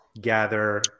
gather